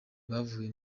bavuye